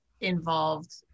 involved